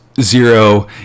Zero